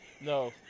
No